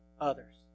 others